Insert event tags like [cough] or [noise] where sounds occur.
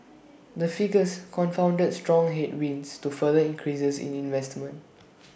[noise] the figures confounded strong headwinds to further increases in investment